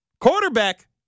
Quarterback